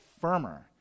firmer